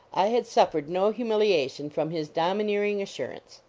i had suffered no humiliation from his domineering assur ance.